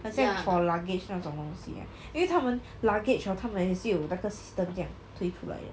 那些 for luggage 那种东西 right 因为他们 luggage hor 他们也是有那个 system 将推出来的